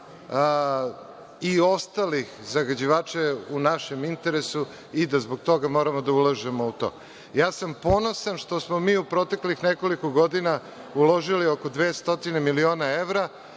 i ostalih zagađivača je u našem interesu i da zbog toga moramo da ulažemo u to. Ponosan sam što smo mi u proteklih nekoliko godina uložili oko 200 miliona evra